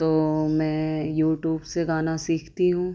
تو میں یوٹیوب سے گانا سیکھتی ہوں